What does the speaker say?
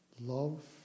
love